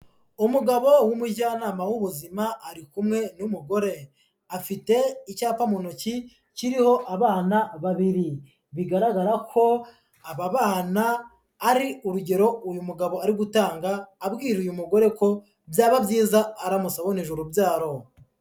Umugabo w'umujyanama w'ubuzima ari kumwe n'umugore, afite icyapa mu ntoki kiriho abana babiri, bigaragara ko aba bana ari urugero uyu mugabo ari gutanga abwira uyu mugore ko byaba byiza aramutse aboneje urubyaro.